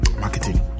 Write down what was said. marketing